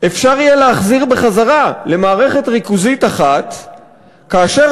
אפשר יהיה להחזיר למערכת ריכוזית אחת כאשר